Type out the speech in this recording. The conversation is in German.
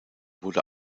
wurde